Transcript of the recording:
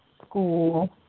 school